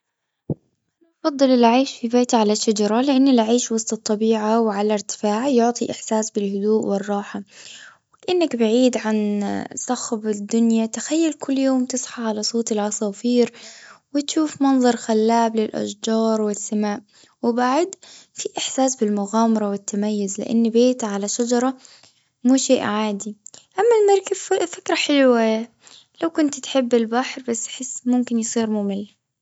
أنا بفضل العيش في بيت على شجرة لأن العيش وسط الطبيعة وعلى إرتفاع يعطي إحساس بالهدوء والراحة. كأنك بعيد عن صخب الدنيا. تخيل كل يوم تصحى على صوت العصافير. وتشوف منظر خلاب للأشجار والسماء. وبعد في احساس بالمغامرة والتميز لأن بيت على شجرة مو شيء عادي. أما المركب ف فكرة حلوة يعني. لو كنت تحب البحر بس أحس ممكن يصير مميز.